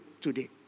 today